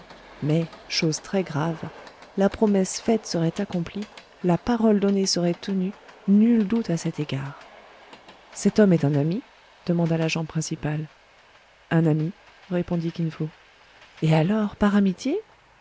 mais chose très grave la promesse faite serait accomplie la parole donnée serait tenue nul doute à cet égard cet homme est un ami demanda l'agent principal un ami répondit kin fo et alors par amitié